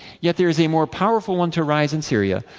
yet there is a more powerful one to rise in syria,